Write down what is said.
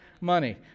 money